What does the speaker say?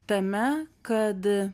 tame kad